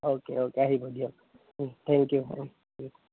okay okay আহিব দিয়ক thank U